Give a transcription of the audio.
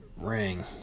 ring